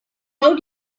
how